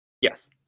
Yes